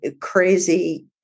crazy